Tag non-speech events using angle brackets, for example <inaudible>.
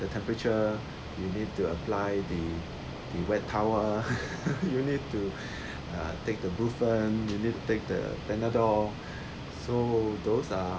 the temperature you need to apply the the wet towel <laughs> you need to <breath> uh take the brufen you need take the panadol <breath> so those are